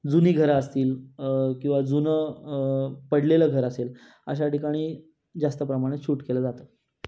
जुनी घरं असतील किंवा जुनं पडलेलं घर असेल अशा ठिकाणी जास्त प्रमाणात शूट केलं जातं